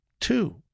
Two